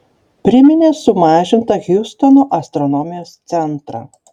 priminė sumažintą hjustono astronomijos centrą